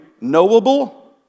knowable